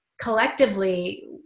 collectively